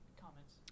Comments